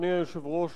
אדוני היושב-ראש,